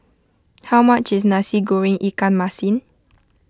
how much is Nasi Goreng Ikan Masin